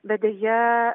bet deja